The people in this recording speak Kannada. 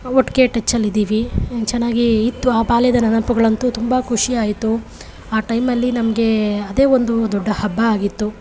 ಒಟ್ಟಿಗೆ ಟಚ್ಚಲ್ಲಿ ಇದ್ದೀವಿ ಚೆನ್ನಾಗಿ ಇತ್ತು ಆ ಬಾಲ್ಯದ ನೆನಪುಗಳಂತೂ ತುಂಬ ಖುಷಿಯಾಯಿತು ಆ ಟೈಮಲ್ಲಿ ನಮಗೆ ಅದೇ ಒಂದು ದೊಡ್ಡ ಹಬ್ಬ ಆಗಿತ್ತು